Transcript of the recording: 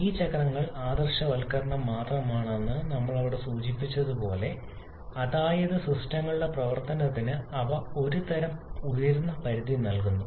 ഈ ചക്രങ്ങൾ ആദർശവൽക്കരണം മാത്രമാണ് എന്ന് നമ്മൾ അവിടെ സൂചിപ്പിച്ചതുപോലെ അതായത് സിസ്റ്റങ്ങളുടെ പ്രവർത്തനത്തിന് അവ ഒരുതരം ഉയർന്ന പരിധി നൽകുന്നു